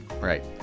Right